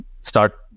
start